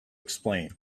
explain